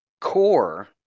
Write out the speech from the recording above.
core